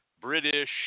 British